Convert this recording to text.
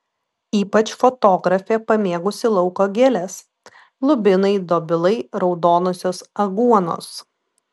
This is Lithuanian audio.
ypač fotografė pamėgusi lauko gėles lubinai dobilai raudonosios aguonos